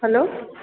hello